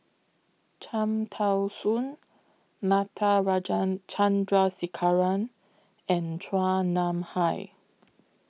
Cham Tao Soon Natarajan Chandrasekaran and Chua Nam Hai